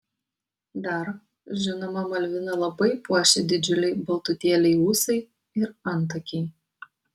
dar žinoma malviną labai puošia didžiuliai baltutėliai ūsai ir antakiai